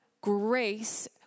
grace